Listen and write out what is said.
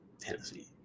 Tennessee